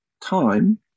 time